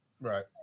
Right